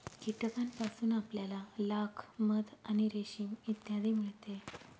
कीटकांपासून आपल्याला लाख, मध आणि रेशीम इत्यादी मिळते